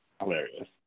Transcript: hilarious